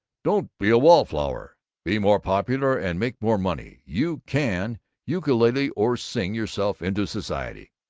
don't be a wallflower be more popular and make more money you can ukulele or sing yourself into society!